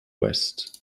west